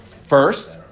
first